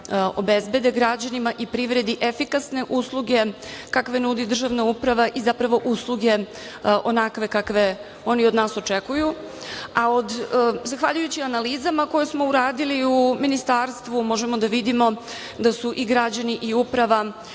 obezbede građanima i priredi efikasne usluge kakve nudi državna uprava i zapravo usluge onakve kakve oni od nas očekuju, a zahvaljujući analizama koje smo uradili u Ministarstvu možemo da vidimo da su jednako i građani